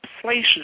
places